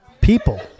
people